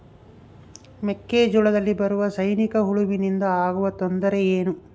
ಮೆಕ್ಕೆಜೋಳದಲ್ಲಿ ಬರುವ ಸೈನಿಕಹುಳುವಿನಿಂದ ಆಗುವ ತೊಂದರೆ ಏನು?